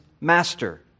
master